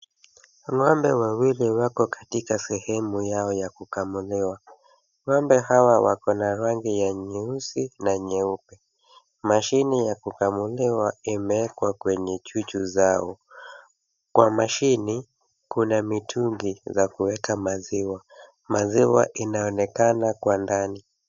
Ng'ombe wawili wako katika sehemu yao ya kukamuliwa. Ng'ombe hawa wako na rangi ya nyeusi na nyeupe. Machine ya kukamuliwa imeekwa kwenye chuchu zao. Kwa machine , kuna mitungi za kuweka maziwa. Maziwa inaonekana kwa ndani.